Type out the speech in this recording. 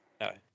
No